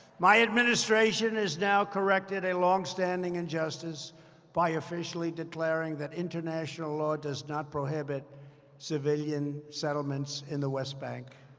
my administration has now corrected a longstanding injustice by officially declaring that international law does not prohibit civilian settlements in the west bank.